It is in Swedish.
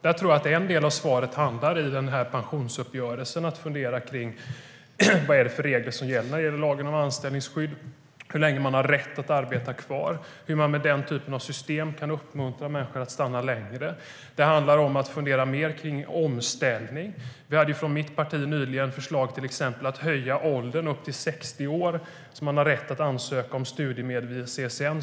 Jag tror att en del av svaret hamnar i pensionsuppgörelsen, där man får fundera på vilka regler det är som gäller i lagen om anställningsskydd, hur länge man har rätt att arbeta kvar och hur man med denna typ av system kan uppmuntra människor att stanna längre. Det handlar om att fundera mer på omställning. Vi hade från mitt parti nyligen förslag till exempel på att höja åldern till 60 år när det gäller rätten att ansöka om studiemedel via CSN.